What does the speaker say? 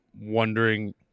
wondering